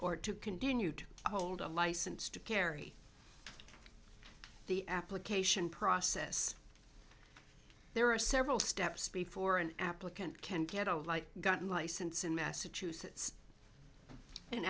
or to continue to hold a license to carry the application process there are several steps before an applicant can get a light gotten license in massachusetts an